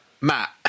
Matt